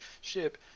ship